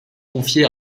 confiée